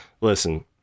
listen